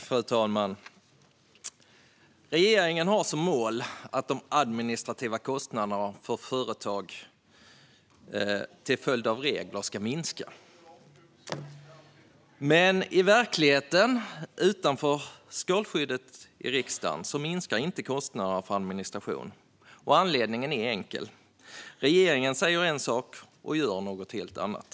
Fru talman! Regeringen har som mål att företagens administrativa kostnader till följd av regler ska minska. Men i verkligheten, utanför skalskyddet i riksdagen, minskar inte kostnaderna för administration. Anledningen är enkel. Regeringen säger en sak och gör något helt annat.